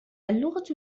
اللغة